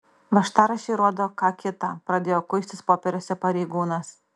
važtaraščiai rodo ką kita pradėjo kuistis popieriuose pareigūnas